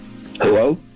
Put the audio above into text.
Hello